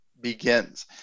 begins